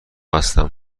هستم